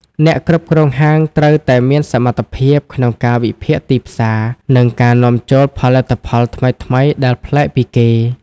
អ្នកគ្រប់គ្រងហាងត្រូវតែមានសមត្ថភាពក្នុងការវិភាគទីផ្សារ និងការនាំចូលផលិតផលថ្មីៗដែលប្លែកពីគេ។